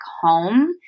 home